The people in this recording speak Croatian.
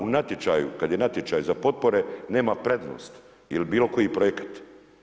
On u natječaju, kad je natječaj za potpore nema prednost ili bilo koji projekat.